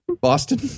Boston